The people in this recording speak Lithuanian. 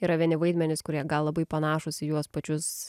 yra vieni vaidmenys kurie gal labai panašūs į juos pačius